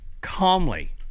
calmly